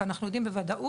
כי אנחנו יודעים בוודאות